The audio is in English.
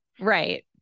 Right